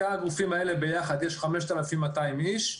בשני הגופים האלה יחד יש 5,200 איש.